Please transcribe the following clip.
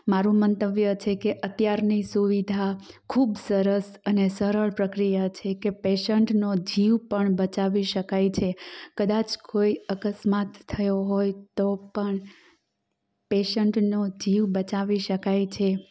મારું મંતવ્ય છે કે અત્યારની સુવિધા ખૂબ સરસ અને સરળ પ્રક્રિયા છે કે પેશન્ટનો જીવ પણ બચાવી શકાય છે કદાચ કોઈ અકસ્માત થયો હોય તો પણ પેશન્ટનો જીવ બચાવી શકાય છે